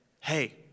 hey